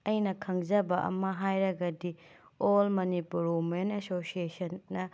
ꯑꯩꯅ ꯈꯪꯖꯕ ꯑꯃ ꯍꯥꯏꯔꯒꯗꯤ ꯑꯣꯜ ꯃꯅꯤꯄꯨꯔ ꯋꯨꯃꯦꯟ ꯑꯁꯣꯁꯦꯁꯟꯅ